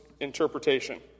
interpretation